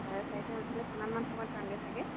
চাৰে চাৰিটাত উঠিলে কিমান মান সময়ত পামগে চাগে